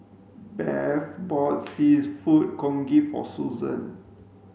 Beth bought seafood congee for Susann